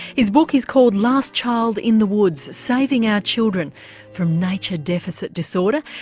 his book is called last child in the woods saving our children from nature deficit disorder,